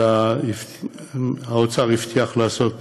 אלא האוצר הבטיח לעשות